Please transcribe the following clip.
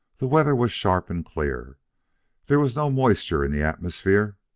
the weather was sharp and clear there was no moisture in the atmosphere,